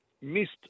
missed